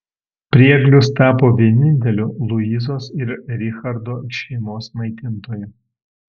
prieglius tapo vieninteliu luizos ir richardo šeimos maitintoju